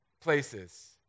places